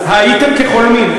הייתם כחולמים.